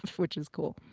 which is cool.